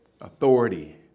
authority